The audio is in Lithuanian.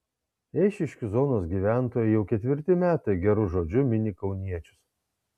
eišiškių zonos gyventojai jau ketvirti metai geru žodžiu mini kauniečius